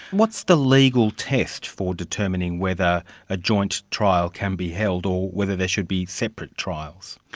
what's the legal test for determining whether a joint trial can be held or whether there should be separate trials?